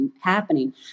happening